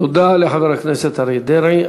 תודה לחבר הכנסת אריה דרעי.